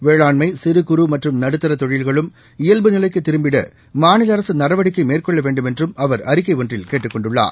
வேளாண்மை சிறு குறு மற்றும் நடுத்தர தொழில்களும் இயல்பு நிலைக்கு திரும்பிட மாநில அரசு நடவடிக்கை மேற்கொள்ள வேண்டுமென்றும் அவர் அறிக்கை ஒன்றில் கேட்டுக் கொண்டுள்ளார்